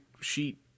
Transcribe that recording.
sheet